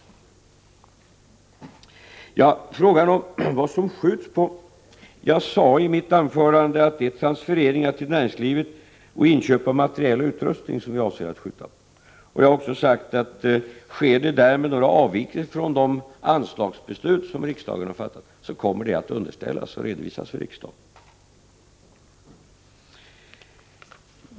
Så till frågan om vad det skjuts på. Jag sade i mitt anförande att det är transfereringar till näringslivet och inköp av material och utrustning som vi avser att skjuta på. Jag har också sagt att sker det därmed några avvikelser från de anslagsbeslut som riksdagen har fattat, kommer det att underställas och redovisas för riksdagen.